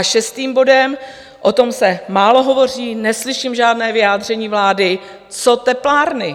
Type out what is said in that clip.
Šestým bodem, o tom se málo hovoří, neslyším žádné vyjádření vlády, co teplárny.